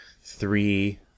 three